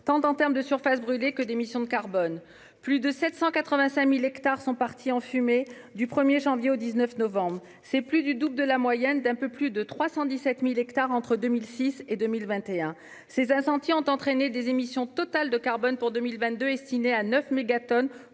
tant en matière de surface brûlée que d'émissions de carbone : plus de 785 000 hectares sont partis en fumée du 1 janvier au 19 novembre. C'est plus du double de la moyenne de 317 000 hectares brûlés annuellement entre 2006 et 2021. Ces incendies ont entraîné des émissions totales de carbone pour 2022 estimées à 9 mégatonnes,